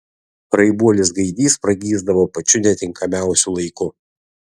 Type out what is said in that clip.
raibuolis gaidys pragysdavo pačiu netinkamiausiu laiku